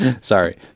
Sorry